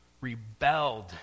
rebelled